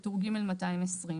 בטור ג' - 220.